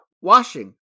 washing